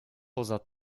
poza